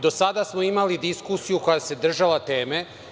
Do sada smo imali diskusiju koja se držala teme.